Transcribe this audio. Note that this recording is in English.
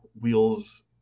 wheels